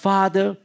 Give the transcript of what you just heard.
Father